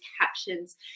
captions